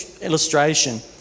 illustration